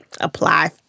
apply